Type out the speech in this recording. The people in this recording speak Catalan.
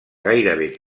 gairebé